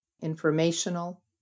informational